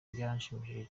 byaranshimishije